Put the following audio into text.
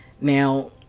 Now